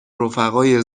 رفقای